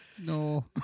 No